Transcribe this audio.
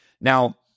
Now